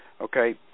Okay